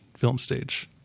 filmstage